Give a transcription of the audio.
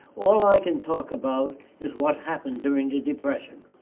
all i can talk about is what happened during the depression.